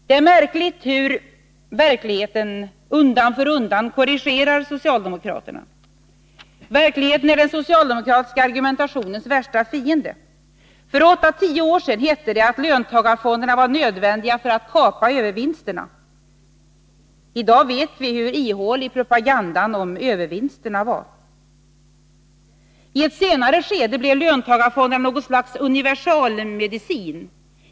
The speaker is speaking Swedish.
Det är märkligt hur verkligheten undan för undan korrigerar socialdemokraterna. Verkligheten är den socialdemokratiska argumentationens värsta fiende! För åtta, tio år sedan hette det att löntagarfonderna var nödvändiga för att kapa övervinsterna. I dag vet vi hur ihålig propagandan om övervinsten var. I ett senare skede blev löntagarfonderna något slags universalmedicin.